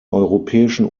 europäischen